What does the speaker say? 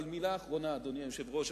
אבל מלה אחרונה, אדוני היושב-ראש.